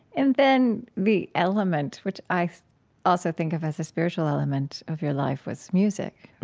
and then the element, which i also think of as a spiritual element of your life was music,